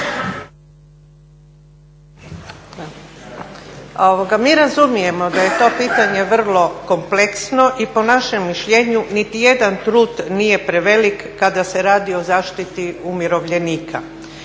Mi razumijemo da je to pitanje vrlo kompleksno i po našem mišljenju niti jedan trud nije prevelik kada se radi o zaštiti umirovljenika.